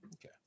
Okay